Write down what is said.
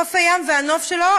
חוף הים והנוף שלו,